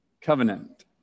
Covenant